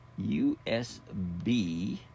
USB